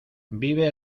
vive